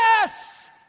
Yes